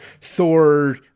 Thor